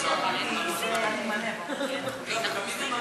רק תיזהר מהמוזה.